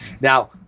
Now